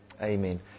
Amen